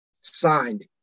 Signed